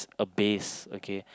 a base okay